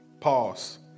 Pause